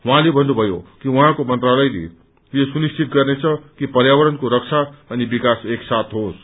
उहाँले भन्नुमयो कि उहाँको मन्त्रालयले यो सुनिश्चित गर्नेछ कि पर्यावरणको रक्षा अनि विकास एकसाथ होस